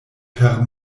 per